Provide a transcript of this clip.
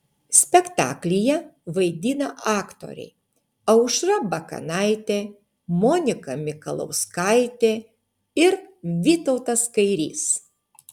spektaklyje vaidina aktoriai aušra bakanaitė monika mikalauskaitė ir vytautas kairys